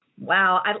Wow